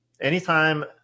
anytime